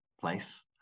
place